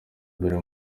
mbere